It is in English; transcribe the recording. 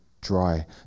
dry